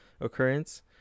occurrence